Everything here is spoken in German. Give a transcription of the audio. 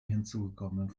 hinzugekommenen